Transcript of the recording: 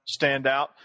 Standout